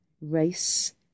race